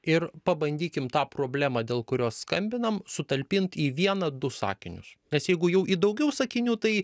ir pabandykim tą problemą dėl kurios skambinam sutalpint į vieną du sakinius nes jeigu jau į daugiau sakinių tai